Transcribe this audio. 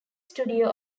studio